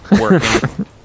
working